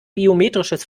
biometrisches